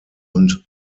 und